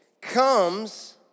comes